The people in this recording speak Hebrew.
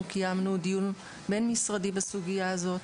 קיימנו דיון בין-משרדי בסוגיה הזאת,